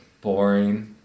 Boring